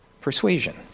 persuasion